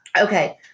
Okay